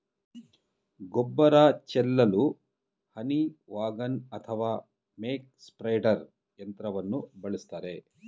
ಗೊಬ್ಬರ ಚೆಲ್ಲಲು ಹನಿ ವಾಗನ್ ಅಥವಾ ಮಕ್ ಸ್ಪ್ರೆಡ್ದರ್ ಯಂತ್ರವನ್ನು ಬಳಸ್ತರೆ